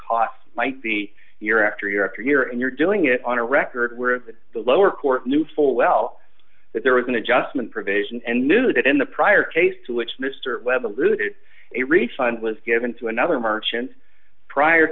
cost might be year after year after year and you're doing it on a record where that the lower court knew full well that there was an adjustment provision and knew that in the prior case to which mr webb alluded a refund was given to another merchant prior